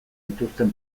dituzten